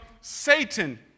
satan